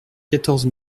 quatorze